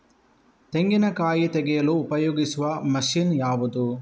ತೆಂಗಿನಕಾಯಿ ತೆಗೆಯಲು ಉಪಯೋಗಿಸುವ ಮಷೀನ್ ಯಾವುದು?